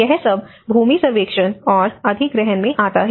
यह सब भूमि सर्वेक्षण और अधिग्रहण में आता है